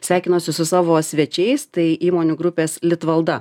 sveikinosi su savo svečiais tai įmonių grupės litvalda